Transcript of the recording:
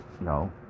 no